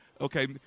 Okay